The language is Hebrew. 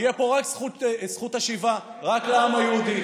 תהיה פה זכות שיבה רק לעם היהודי.